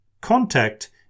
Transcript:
Contact